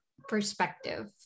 perspective